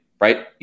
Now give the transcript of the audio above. right